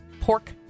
pork